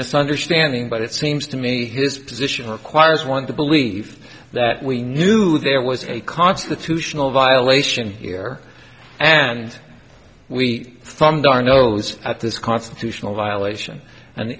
misunderstanding but it seems to me his position requires one to believe that we knew there was a constitutional violation here and we formed our nose at this constitutional violation and